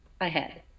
ahead